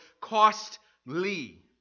costly